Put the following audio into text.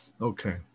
Okay